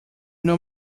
know